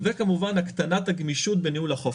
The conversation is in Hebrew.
וכמובן הקטנת הגמישות בניהול החוב.